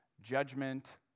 judgment